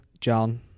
John